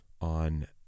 on